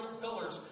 pillars